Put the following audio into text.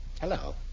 Hello